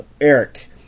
Eric